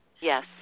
Yes